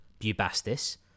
Bubastis